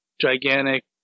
gigantic